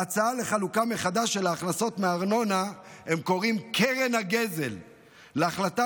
להצעה לחלוקה מחדש של ההכנסות מארנונה הם קוראים "קרן הגזל"; להחלטה